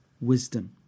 wisdom